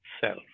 self